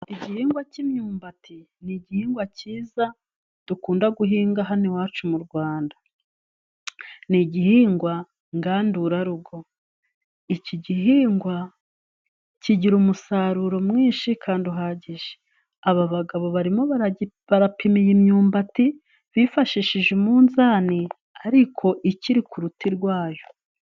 Igihingwa cy'imyumbati ni igihingwa cyiza dukunda guhinga hano iwacu mu Rwanda. Ni igihingwa ngandurarugo iki gihingwa kigira umusaruro mwinshi kandi uhagije. Aba bagabo barapima imyumbati bifashishije umunzani ariko ikiri ku ruti rwayo